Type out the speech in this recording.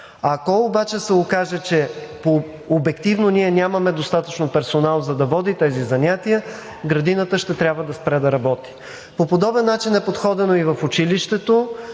Ако обаче се окаже, че обективно ние нямаме достатъчно персонал, за да води тези занятия, градината ще трябва да спре да работи. По подобен начин е подходено и в училището.